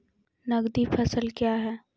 नगदी फसल क्या हैं?